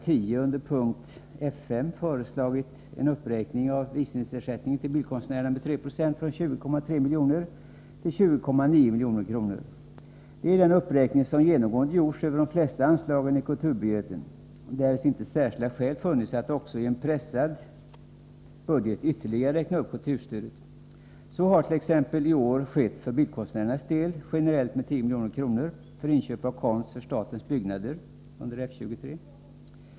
10 under punkt F 5 föreslagit en uppräkning av visningsersättningen till bildkonstnärer med 3 96 från 20,3 till 20,9 milj.kr. Det är den uppräkning som genomgående har gjorts av de flesta anslagen i kulturbudgeten, därest inte särskilda skäl funnits för att också i en pressad budget ytterligare räkna upp kulturstödet. Så hart.ex. i år skett för bildkonstnärernas del. Under punkt F 23 har stödet till inköp av konst för statens byggnader generellt räknats upp med 10 milj.kr.